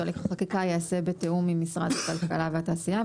שהליך החקיקה ייעשה בתיאום עם משרד הכלכלה והתעשייה.